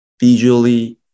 visually